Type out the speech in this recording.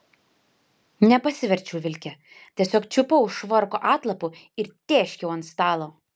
nepasiverčiau vilke tiesiog čiupau už švarko atlapų ir tėškiau ant stalo